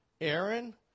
Aaron